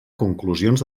conclusions